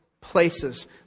places